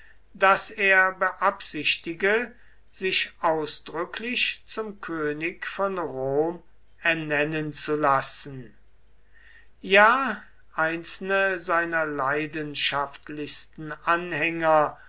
daß er beabsichtige sich ausdrücklich zum könig von rom ernennen zu lassen ja einzelne seiner leidenschaftlichsten anhänger